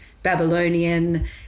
Babylonian